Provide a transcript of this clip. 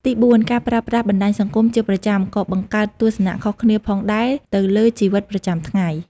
ទីបួន ការប្រើប្រាស់បណ្តាញសង្គមជាប្រចាំក៏បង្កើតទស្សនៈខុសគ្នាផងដែរទៅលើជីវិតប្រចាំថ្ងៃ។